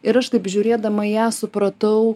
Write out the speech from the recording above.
ir aš taip žiūrėdama į ją supratau